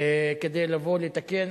כדי לבוא לתקן,